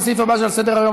לסעיף הבא שעל סדר-היום,